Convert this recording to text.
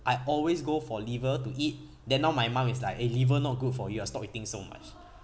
I always go for liver to eat then now my mum is like eh liver not good for you ah stop eating so much